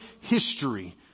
history